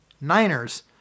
Niners